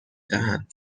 دهند